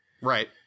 right